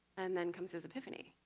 and then comes his epiphany